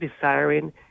desiring